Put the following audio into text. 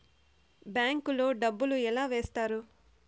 bank లో డబ్బులు ఎలా వేస్తారు